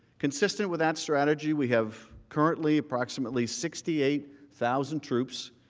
consistent with that strategy, we have currently approximately sixty eight thousand troops,